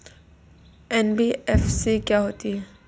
NBFC क्या होता है?